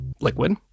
liquid